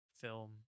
film